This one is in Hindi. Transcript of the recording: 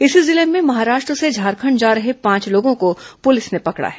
इसी जिले में महाराष्ट्र से झारखंड जा रहे पांच लोगों को पुलिस ने पकड़ा है